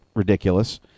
Ridiculous